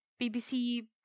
BBC